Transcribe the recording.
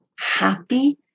happy